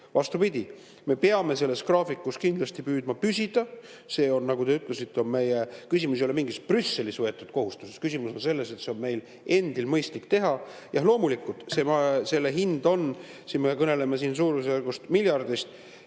Vastupidi, me peame selles graafikus kindlasti püüdma püsida. Küsimus ei ole mingis Brüsselis võetud kohustuses, küsimus on selles, et see on meil endil mõistlik teha. Jah, loomulikult, selle hind on, me kõneleme siin suurusjärgus miljardist